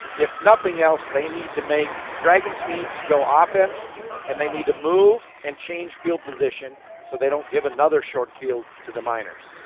if nothing else, they need to make, dragons need to go ah offense and they need to move and change field position so they don't give up another short field to the miners.